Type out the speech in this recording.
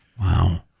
Wow